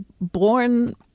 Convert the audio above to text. born